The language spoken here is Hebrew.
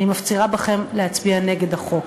אני מפצירה בכם להצביע נגד החוק.